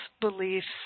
beliefs